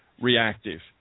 reactive